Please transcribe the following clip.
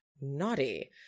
Naughty